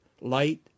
light